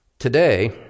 Today